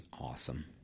Awesome